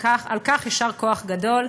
ועל כך יישר כוח גדול.